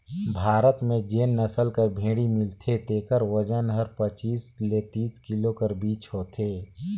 भारत में जेन नसल कर भेंड़ी मिलथे तेकर ओजन हर पचीस ले तीस किलो कर बीच होथे